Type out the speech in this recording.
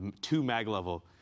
two-mag-level